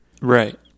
Right